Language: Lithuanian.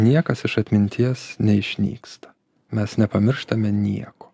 niekas iš atminties neišnyksta mes nepamirštame nieko